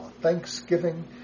thanksgiving